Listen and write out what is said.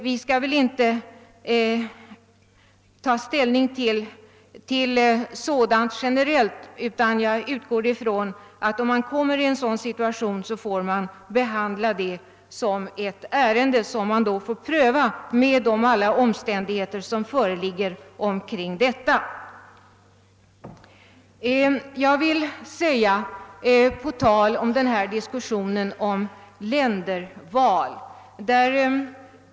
Vi skall väl inte ta ställning till sådant generellt, utan jag utgår ifrån att man då man kommer i en sådan situation får pröva ärendet med hänsynstagande till alla omständigheterna i sammanhanget. Herr Ullsten var något förvånad över diskussionen om länderval.